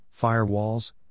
firewalls